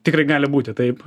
tikrai gali būti taip